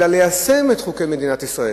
אלא ליישם את חוקי מדינת ישראל.